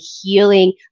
healing